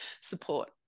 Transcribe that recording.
support